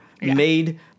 made